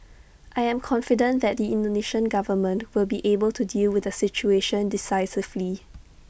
I am confident that the Indonesian government will be able to deal with the situation decisively